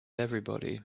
everybody